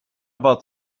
about